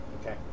okay